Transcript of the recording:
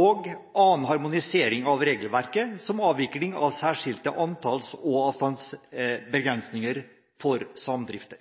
og annen harmonisering av regelverket, som avvikling av særskilt antalls- og avstandsbegrensning for samdrifter.»